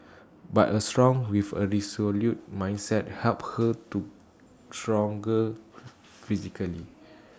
but A strong with A resolute mindset helped her to stronger physically